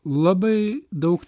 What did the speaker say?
labai daug